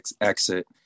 exit